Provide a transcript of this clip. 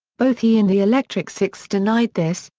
both he and the electric six denied this,